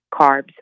carbs